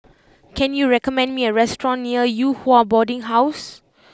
can you recommend me a restaurant near Yew Hua Boarding House